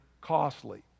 costly